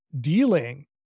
dealing